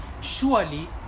surely